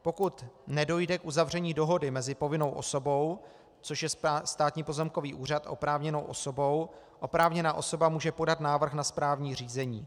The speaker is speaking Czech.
Pokud nedojde k uzavření dohody mezi povinnou osobou, což je Státní pozemkový úřad, a oprávněnou osobou, oprávněná osoba může podat návrh na správní řízení.